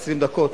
20 דקות,